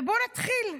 בוא נתחיל.